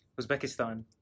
Uzbekistan